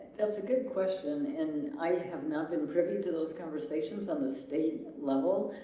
that's a good question and i have not been privy to those conversations on the state level